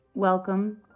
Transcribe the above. Welcome